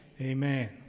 Amen